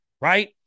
right